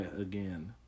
again